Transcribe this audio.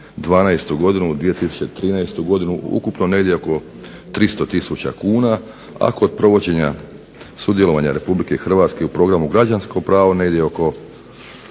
2013. godinu ukupno negdje oko 300 tisuća kuna, a kod provođenja sudjelovanja Republike Hrvatske u programu Građansko pravo negdje oko